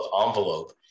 envelope